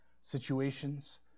situations